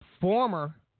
former